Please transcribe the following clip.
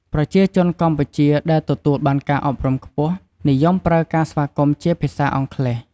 ប្រជាជនកម្ពុជាដែលទទួលបានការអប់រំខ្ពស់ និយមប្រើការស្វាគមន៍ជា ភាសាអង់គ្លេស។